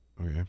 Okay